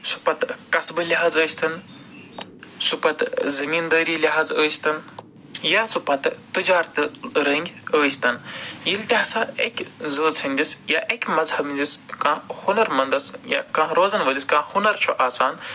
سُہ پَتہٕ قَصبہٕ لِحاظ ٲسۍتَن سُہ پَتہٕ زمیٖندٲری لِحاظ ٲسۍتَن یا سُہ پَتہٕ تِجارتہٕ رٔنٛگۍ ٲسۍتَن ییٚلہِ تہِ ہَسا أکہِ زٲژ ہٕنٛدِس یا اَکہِ مَذہَب ہٕنٛدِس کانٛہہ ہُنَر مَنٛدَس یا کانٛہہ روزَن وٲلِس کانٛہہ ہُنَر چھُ آسان